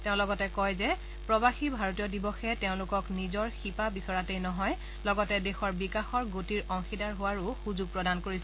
তেওঁ লগতে কয় যে প্ৰৱাসী ভাৰতীয় দিৱসে তোমালোকৰ নিজৰ শিপা বিচৰাটোৱেই নহয় লগতে দেশৰ বিকাশৰ গতিৰ অংশীদাৰ হোৱাৰো সূযোগ প্ৰদান কৰিছে